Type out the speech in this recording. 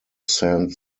saint